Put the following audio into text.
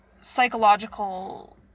psychological